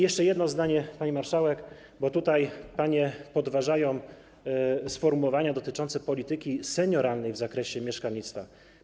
Jeszcze jedno zdanie, pani marszałek, bo panie podważają sformułowania dotyczące polityki senioralnej w zakresie mieszkalnictwa.